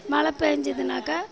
மழை பெஞ்சிதுன்னாக்கா